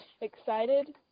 Excited